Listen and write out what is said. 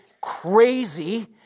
crazy